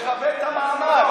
תכבד את המעמד.